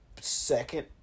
second